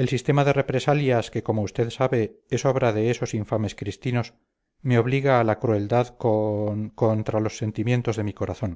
el sistema de represalias que como usted sabe es obra de esos infames cristinos me obliga a la crueldad con contra los sentimientos de mi corazón